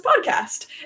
podcast